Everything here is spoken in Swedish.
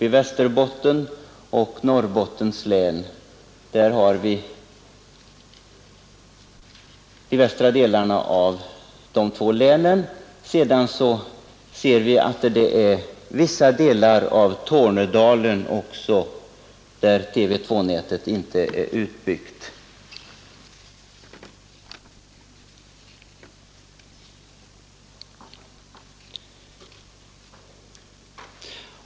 I Västerbottens och Norrbottens län är det de västra delarna och vidare är det vissa delar av Tornedalen som inte har TV 2.